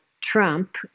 Trump